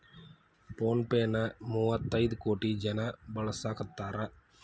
phone pay ನ ಮುವ್ವತೈದ್ ಕೋಟಿ ಜನ ಬಳಸಾಕತಾರ